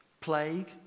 plague